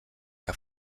que